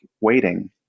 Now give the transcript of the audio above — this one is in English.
waiting